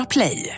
Play